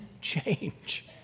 change